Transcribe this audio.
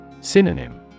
Synonym